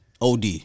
Od